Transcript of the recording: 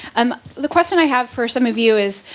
and the question i have for some of you is,